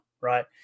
right